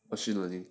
machine learning